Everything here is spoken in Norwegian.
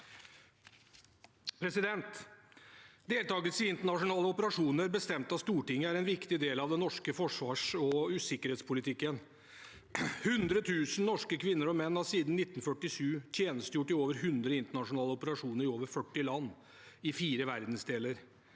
Deltakelse i inter- nasjonale operasjoner bestemt av Stortinget er en viktig del av den norske forsvars- og sikkerhetspolitikken. 100 000 norske kvinner og menn har siden 1947 tjenestegjort i over 100 internasjonale operasjoner i over 40 land, i fire verdensdeler.